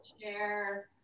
chair